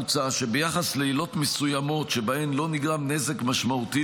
מוצע שביחס לעילות מסוימות שבהן לא נגרם נזק משמעותי